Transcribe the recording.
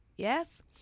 Yes